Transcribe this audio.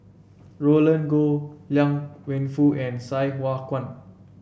Roland Goh Liang Wenfu and Sai Hua Kuan